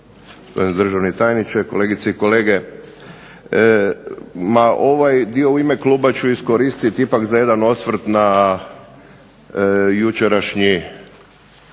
državni tajniče, kolegice i kolege. Ovaj dio u ime Kluba ću iskoristiti na jedan osvrt na jučerašnji